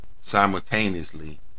simultaneously